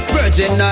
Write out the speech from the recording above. Virgin